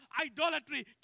Idolatry